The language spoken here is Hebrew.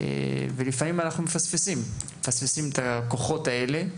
לפעמים אנחנו מפספסים את הכוחות האלה,